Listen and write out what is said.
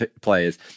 players